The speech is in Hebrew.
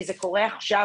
כי זה קורה עכשיו,